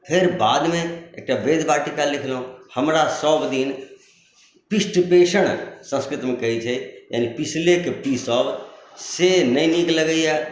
फेर बादमे एकटा बृज वाटिका लिखलहुँ हमरा सभदिन पृष्ठ प्रेषण संस्कृतमे कहैत छै यानिकि पिसलेके पीसब से नहि नीक लगैए